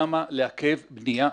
למה לעכב בניה בקיבוצים?